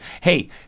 hey